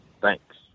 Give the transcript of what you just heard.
Thanks